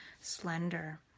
slender